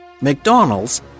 McDonald's